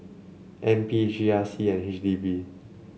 N P G R C and H D B